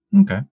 Okay